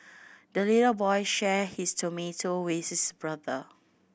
the little boy shared his tomato with his brother